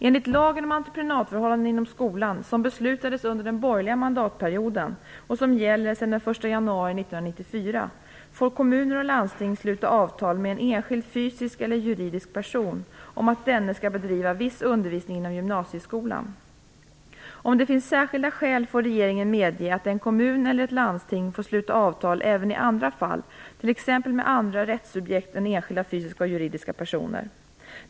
Enligt lagen om entreprenadförhållanden inom skolan, som beslutades under den borgerliga mandatperioden och som gäller sedan den 1 januari 1994, får kommuner och landsting sluta avtal med en enskild fysisk eller juridisk person om att denne skall bedriva viss undervisning vid gymnasieskolan. Om det finns särskilda skäl får regeringen medge att en kommun eller ett landsting får sluta avtal även i andra fall, t.ex. med andra rättssubjekt än enskilda fysiska och juridiska personer.